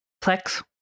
Plex